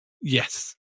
Yes